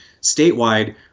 Statewide